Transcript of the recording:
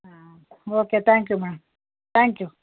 ಹಾಂ okay thank you ma'am thank you